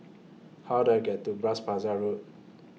How Do I get to Bras Basah Road